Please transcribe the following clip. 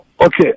Okay